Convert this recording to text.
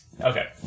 Okay